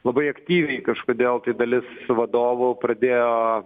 labai aktyviai kažkodėl dalis vadovų pradėjo